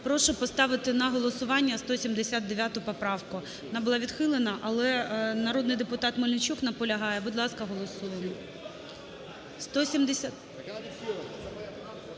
прошу поставити на голосування 179 поправку, вона була відхилена, але народний депутат Мельничук наполягає. Будь ласка, голосуємо.